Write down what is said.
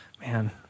Man